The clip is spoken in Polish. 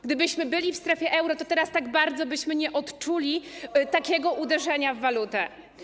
Gdybyśmy byli w strefie euro, to teraz tak bardzo byśmy nie odczuli takiego uderzenia w walutę.